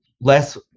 less